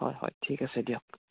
হয় হয় ঠিক আছে দিয়ক